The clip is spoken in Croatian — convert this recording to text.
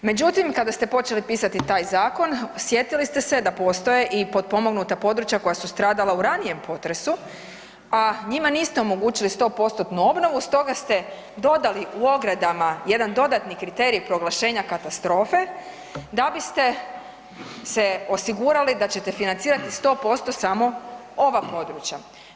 Međutim, kada ste počeli pisati taj zakon sjetili ste se da postoje i potpomognuta područja koja su stradala u ranijem potresu, a njima niste omogućili 100%-tnu obnovu stoga ste dodali u ogradama jedan dodatni kriterij proglašenja katastrofe, da biste se osigurali da ćete financirati 100% samo ova područja.